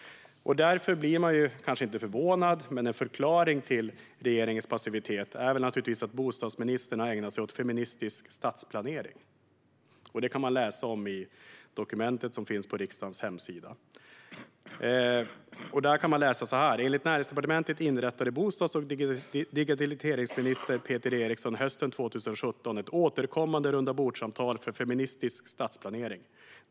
Därför blir man kanske inte förvånad över att förklaringen till regeringens passivitet är att bostadsministern har ägnat sig åt feministisk stadsplanering. Det kan man läsa om i betänkandet som finns på riksdagens hemsida: "Enligt Näringsdepartementet inrättade bostads och digitaliseringsminister Peter Eriksson hösten 2017 ett återkommande rundabordssamtal för feministisk stadsplanering.